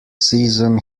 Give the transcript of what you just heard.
season